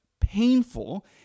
painful